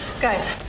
Guys